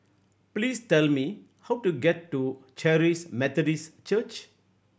please tell me how to get to Charis Methodist Church